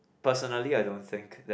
personally I don't think that